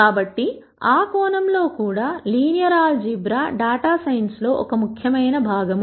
కాబట్టి ఆ కోణంలో కూడా లీనియర్ ఆల్ జీబ్రా డేటా సైన్స్లో ఒక ముఖ్యమైన భాగం